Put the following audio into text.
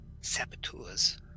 saboteurs